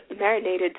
marinated